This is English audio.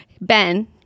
Ben